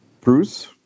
Bruce